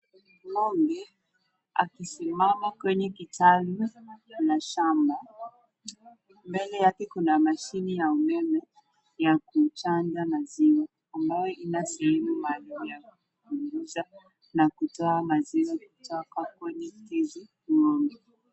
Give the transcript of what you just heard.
Ng'ombe akisimama kwenye kitalu la shamba. Mbele yake kuna mashine ya umeme ya kuchanja maziwa ambayo ina sehemu maalum ya kuingiza na kutoa maziwa kutoka kwenye hizi ng'ombe.